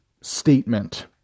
statement